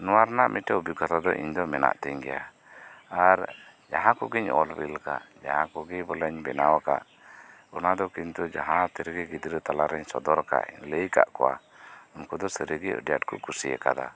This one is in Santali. ᱱᱚᱣᱟ ᱨᱮᱭᱟᱜ ᱢᱤᱫᱴᱮᱱ ᱚᱵᱷᱤᱜᱚᱛᱟ ᱤᱧᱫᱚ ᱢᱮᱱᱟᱜ ᱛᱤᱧ ᱜᱮᱭᱟ ᱟᱨ ᱡᱟᱦᱟᱸ ᱠᱚᱜᱮᱧ ᱚᱞ ᱵᱮᱞ ᱟᱠᱟᱫ ᱡᱟᱦᱟᱸ ᱠᱚᱜᱮ ᱵᱚᱞᱮ ᱤᱧ ᱵᱮᱱᱟᱣ ᱟᱠᱟᱫ ᱚᱱᱟᱫᱚ ᱠᱤᱱᱛᱩ ᱡᱟᱦᱟᱸ ᱛᱤᱨᱮᱜᱮ ᱜᱤᱫᱽᱨᱟᱹ ᱛᱟᱞᱟᱨᱤᱧ ᱥᱚᱫᱚᱨ ᱟᱠᱟᱫ ᱞᱟᱹᱭ ᱟᱠᱟᱫ ᱠᱚᱣᱟ ᱩᱱᱠᱩ ᱫᱚ ᱥᱟᱹᱨᱤ ᱜᱮ ᱟᱹᱰᱤ ᱟᱴ ᱠᱚ ᱠᱩᱥᱤ ᱟᱠᱟᱫᱟ